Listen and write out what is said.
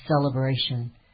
celebration